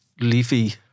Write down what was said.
leafy